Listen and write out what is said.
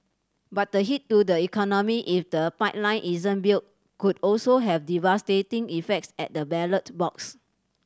but the hit to the economy if the pipeline isn't built could also have devastating effects at the ballot box